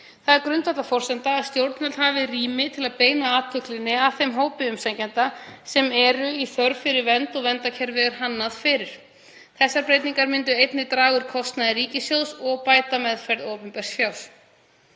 Það er grundvallarforsenda að stjórnvöld hafi rými til að beina athyglinni að þeim hópi umsækjenda sem er í þörf fyrir vernd og verndarkerfið er hannað fyrir. Þessar breytingar myndu einnig draga úr kostnaði ríkissjóðs og bæta meðferð opinbers fjár.